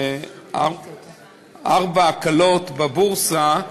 ארבע הקלות בבורסה,